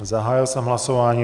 Zahájil jsem hlasování.